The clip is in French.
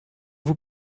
vous